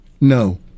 No